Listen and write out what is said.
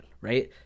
right